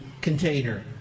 container